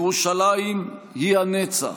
ירושלים היא הנצח.